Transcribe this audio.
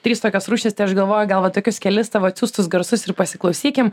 trys tokios rūšys tai aš galvoju gal va tokius kelis tavo atsiųstus garsus ir pasiklausykim